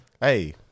hey